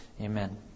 Amen